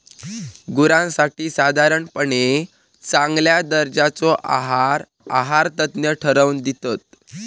गुरांसाठी साधारणपणे चांगल्या दर्जाचो आहार आहारतज्ञ ठरवन दितत